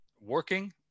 working